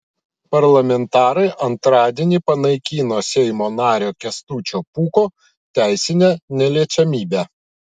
parlamentarai antradienį panaikino seimo nario kęstučio pūko teisinę neliečiamybę